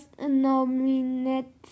nominated